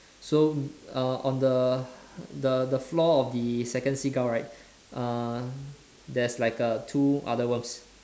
so uh on the the the floor of the second seagull right uh there's like uh two other worms